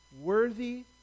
worthy